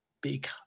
big